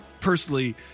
personally